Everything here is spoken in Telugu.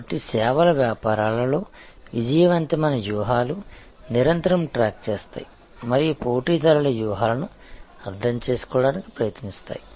కాబట్టి సేవల వ్యాపారాలలో విజయవంతమైన వ్యూహాలు నిరంతరం ట్రాక్ చేస్తాయి మరియు పోటీదారుల వ్యూహాలను అర్థం చేసుకోవడానికి ప్రయత్నిస్తాయి